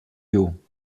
you